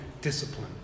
discipline